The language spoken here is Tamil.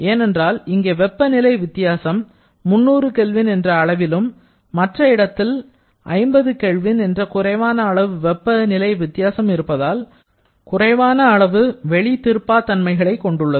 ஏனென்றால் இங்கே வெப்பநிலை வித்தியாசம் 300 K என்ற அளவிலும் மற்ற இடத்தில் 50 K என்று குறைவான அளவு வெப்பநிலை வித்தியாசம் இருப்பதால் குறைவான அளவு வெளி திரும்பா தன்மை கொண்டுள்ளது